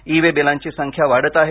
E way बिलांची संख्या वाढत आहे